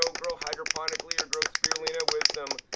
so grow hydroponically or grow spirulina with some,